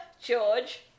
George